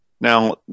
Now